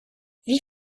wie